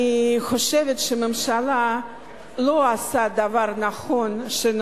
אני חושבת שהממשלה לא עושה דבר נכון שהיא